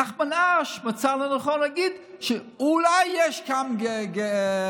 נחמן אש מצא לנכון להגיד שאולי יש גם חרדים,